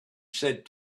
said